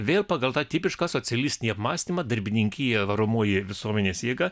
vėl pagal tą tipišką socialistinį apmąstymą darbininkija varomoji visuomenės jėga